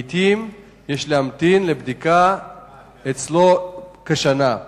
לעתים יש להמתין לבדיקה אצלו כשנה.